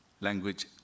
language